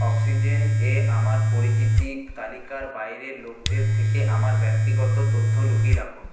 oxygen এ আমার পরিচিতি তালিকার বাইরের লোকদের থেকে আমার ব্যক্তিগত তথ্য লুকিয়ে রাখুন